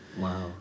wow